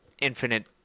infinite